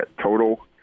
total